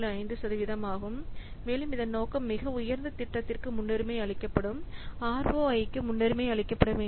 5 சதவிகிதம் ஆகும் மேலும் இதன் நோக்கம் மிக உயர்ந்த திட்டத்திற்கு முன்னுரிமை அளிக்கப்படும் ROI க்கு முன்னுரிமை அளிக்கப்பட வேண்டும்